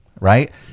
Right